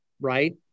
Right